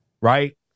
Right